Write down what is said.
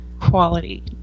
quality